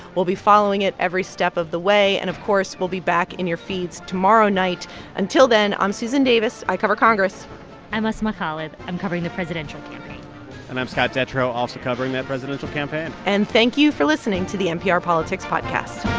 we'll be following it every step of the way. and, of course, we'll be back in your feeds tomorrow night until then, i'm susan davis. i cover congress i'm asma khalid. i'm covering the presidential campaign and i'm scott detrow, also covering that presidential campaign and thank you for listening to the npr politics podcast